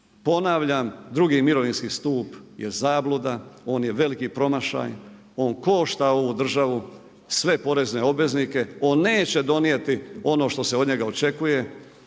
Ponavljam, drugi mirovinski stup je zabluda, on je veliki promašaj, on košta ovu državu, sve porezne obveznike, on neće donijeti to što se od njega očekuje